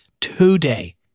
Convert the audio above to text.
today